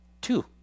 Two